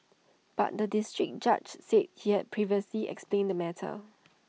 but the District Judge said he had previously explained the matter